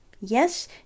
Yes